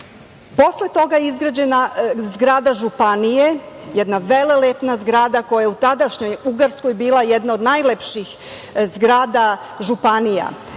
toga je izgrađena zgrada Županije, jedna velelepna zgrada koja je u tadašnjoj Ugarskoj bila jedna od najlepših zgrada Županija.